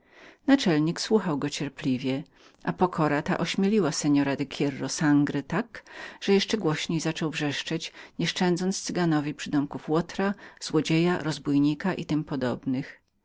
naczelnik słuchał go cierpliwie pokora ta jednak ośmielała seora hierro sangra tak że coraz głośniej zaczął wrzeszczeć nieszczędząc przydomków łotra złodzieja rozbójnika i tym podobnych